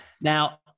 now